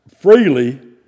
freely